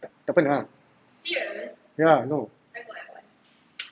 tak pernah ya no